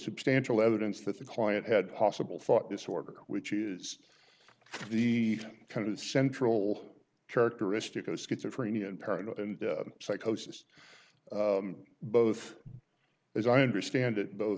substantial evidence that the client had possible thought disorder which is the kind of central characteristic of schizophrenia and paranoia and psychosis both as i understand it both